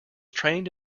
trained